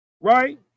Right